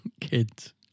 Kids